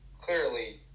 clearly